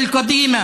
מסגד אל-אקצא,